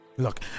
Look